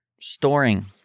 storing